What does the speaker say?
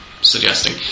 suggesting